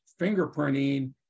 fingerprinting